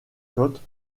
côtes